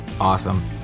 Awesome